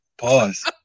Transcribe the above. pause